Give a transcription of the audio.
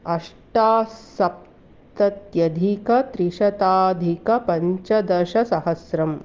अष्टसप्तत्यधिकत्रिशताधिकपञ्चदशसहस्रम्